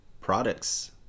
products